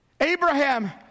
Abraham